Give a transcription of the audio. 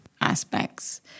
aspects